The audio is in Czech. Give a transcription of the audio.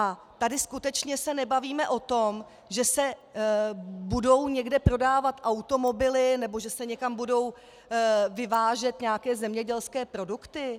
A tady skutečně se nebavíme o tom, že se budou někde prodávat automobily nebo že se někam budou vyvážet nějaké zemědělské produkty!